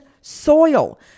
soil